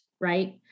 right